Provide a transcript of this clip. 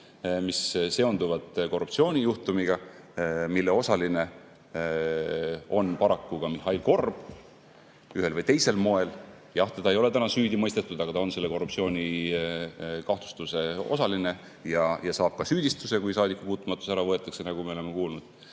mis seonduvad korruptsioonijuhtumiga, mille osaline on paraku ka Mihhail Korb ühel või teisel moel? Jah, teda ei ole süüdi mõistetud, aga ta on selle korruptsioonikahtlustuse osaline ja saab ka süüdistuse, kui saadikupuutumatus ära võetakse, nagu me oleme kuulnud.